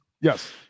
Yes